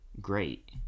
great